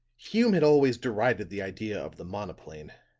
hume had always derided the idea of the monoplane.